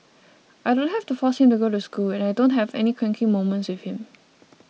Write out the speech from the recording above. I don't have to force him to go to school and I don't have any cranky moments with him